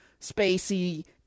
spacey